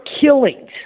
killings